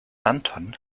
anton